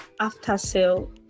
after-sale